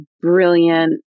brilliant